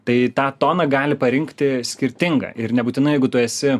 tai tą toną gali parinkti skirtingą ir nebūtinai jeigu tu esi